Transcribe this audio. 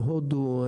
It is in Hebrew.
הודו,